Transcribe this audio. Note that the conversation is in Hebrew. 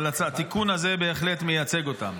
אבל התיקון הזה בהחלט מייצג אותם.